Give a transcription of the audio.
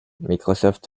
microsoft